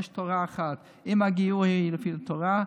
יש תורה אחת: אם הגיור הוא לפי התורה,